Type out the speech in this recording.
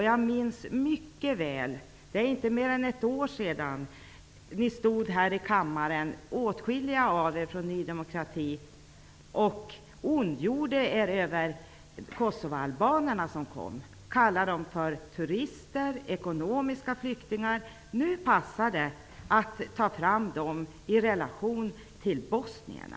För inte mer än ett år sedan stod åtskilliga av er från Ny demokrati här i kammaren och ondgjorde er över de kosovoalbaner som kom till Sverige och kallade dem för turister och ekonomiska flyktingar. Det minns jag mycket väl. Nu passar det att framhålla dem i relation till bosnierna.